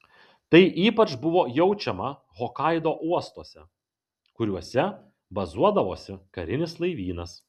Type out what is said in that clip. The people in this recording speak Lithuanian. tai ypač buvo jaučiama hokaido uostuose kuriuose bazuodavosi karinis laivynas